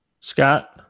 Scott